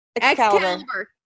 Excalibur